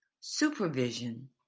Supervision